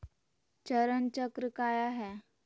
चरण चक्र काया है?